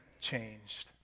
changed